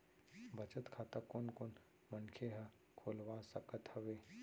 बचत खाता कोन कोन मनखे ह खोलवा सकत हवे?